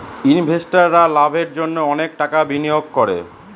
ইনভেস্টাররা লাভের জন্য অনেক টাকা বিনিয়োগ করে